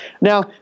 Now